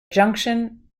junction